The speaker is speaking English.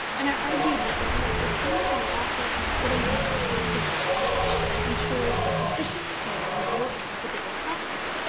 and i argued with him that as soon as an author has put himself into a position which insures a sufficient sale of his works to give a profit,